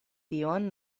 tion